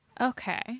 Okay